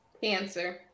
cancer